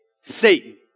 Satan